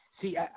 See